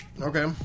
okay